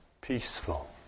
peaceful